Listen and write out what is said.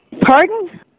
Pardon